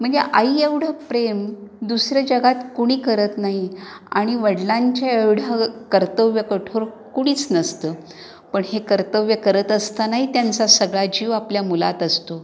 म्हणजे आईएवढं प्रेम दुसरं जगात कोणी करत नाही आणि वडलांच्या एवढं कर्तव्यकठोर कुणीच नसतं पण हे कर्तव्य करत असतानाही त्यांचा सगळा जीव आपल्या मुलात असतो